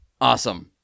Awesome